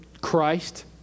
Christ